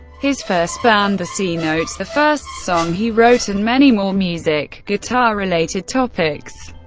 his first band the c-notes, the first song he wrote, and many more music guitar related topics.